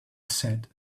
said